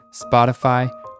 Spotify